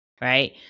right